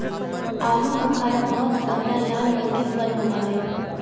आलू बुखारा बहुत गहरा लाल रंग के फल होबा हई